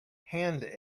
hand